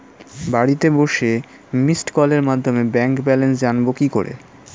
বাড়িতে বসে মিসড্ কলের মাধ্যমে ব্যাংক ব্যালেন্স জানবো কি করে?